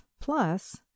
plus